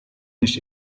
nicht